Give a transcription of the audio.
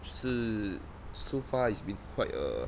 就是 so far it's been quite a